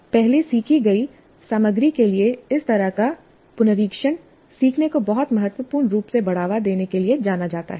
पहले सीखी गई सामग्री के लिए इस तरह का पुनरीक्षण सीखने को बहुत महत्वपूर्ण रूप से बढ़ावा देने के लिए जाना जाता है